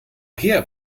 her